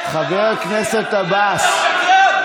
אתה שקרן.